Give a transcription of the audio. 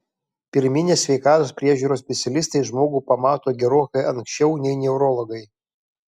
pirminės sveikatos priežiūros specialistai žmogų pamato gerokai anksčiau nei neurologai